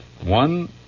one